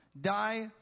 die